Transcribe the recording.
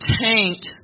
taint